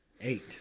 eight